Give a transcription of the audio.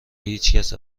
هیچکس